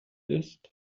ist